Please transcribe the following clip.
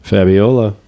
Fabiola